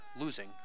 losing